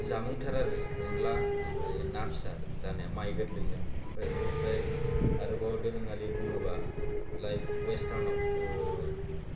जामुंथार आरो अनद्ला आमफाय ना फिसा जानाया माइ गोरलै जों आमफाय बिनिफ्राय आरबाव दोरोङारि बुङोब्ला लाइक अवेस्टार्नआव